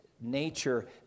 nature